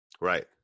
right